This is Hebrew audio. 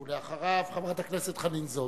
ואחריו, חברת הכנסת חנין זועבי.